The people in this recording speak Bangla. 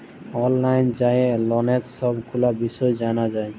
অললাইল যাঁয়ে ললের ছব গুলা বিষয় জালা যায়